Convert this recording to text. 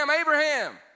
Abraham